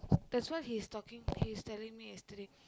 that's why he's talking he's telling me yesterday